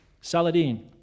Saladin